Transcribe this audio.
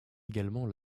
également